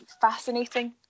fascinating